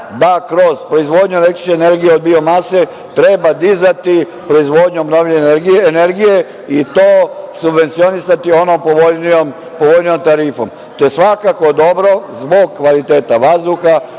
da kroz proizvodnju električne energije od biomase treba dizati proizvodnjom obnovljive energije i to subvencionisati ono povoljnijom tarifom. To je svakako dobro zbog kvaliteta vazduha,